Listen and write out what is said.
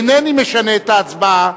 אינני משנה את ההצבעה,